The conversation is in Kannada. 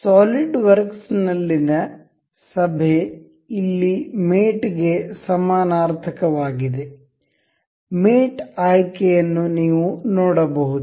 ಸಾಲಿಡ್ವರ್ಕ್ಸ್ ನಲ್ಲಿನ ಸಭೆ ಇಲ್ಲಿ ಮೇಟ್ ಗೆ ಸಮಾನಾರ್ಥಕವಾಗಿದೆ ಮೇಟ್ ಆಯ್ಕೆಯನ್ನು ನೀವು ನೋಡಬಹುದು